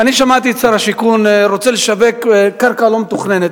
שמעתי את שר השיכון אומר שהוא רוצה לשווק קרקע לא מתוכננת.